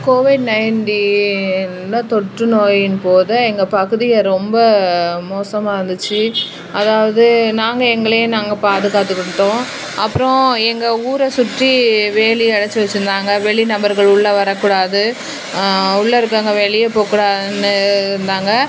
Covid நைன்ட்டீன்னு தொற்று நோயின் போது எங்கள் பகுதி ரொம்ப மோசமாக இருந்துச்சு அதாவது நாங்கள் எங்களையே நாங்கள் பாதுகாத்துக்கிட்டோம் அப்புறோம் எங்கள் ஊர சுற்றி வேலி அடைச்சு வெச்சுருந்தாங்க வெளி நபர்கள் உள்ளே வரக்கூடாது உள்ளே இருக்கறவங்க வெளியே போகக்கூடாதுன்னு இருந்தாங்க